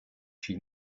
she